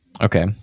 Okay